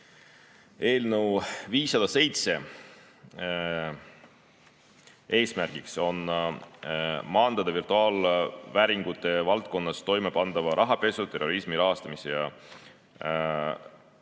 Eelnõu 507 eesmärgiks on maandada virtuaalvääringute valdkonnas toimepandava rahapesu ja terrorismi rahastamise